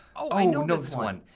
i know know this one.